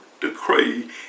decree